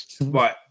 Right